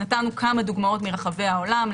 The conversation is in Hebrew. נתנו כמה דוגמאות מרחבי העולם.